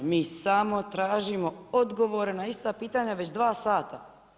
Mi samo tražimo odgovore na ista pitanja već 2 sata.